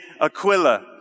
Aquila